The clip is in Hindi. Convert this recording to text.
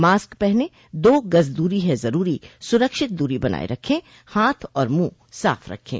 मास्क पहनें दो गज़ दूरी है ज़रूरी सुरक्षित दूरी बनाए रखें हाथ और मुंह साफ़ रखें